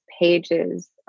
pages